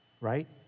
Right